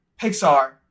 pixar